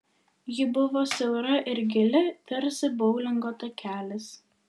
ji buvo siaura ir gili tarsi boulingo takelis